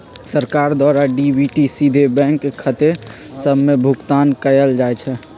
सरकार द्वारा डी.बी.टी सीधे बैंक खते सभ में भुगतान कयल जाइ छइ